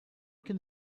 can